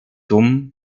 dumm